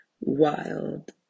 wild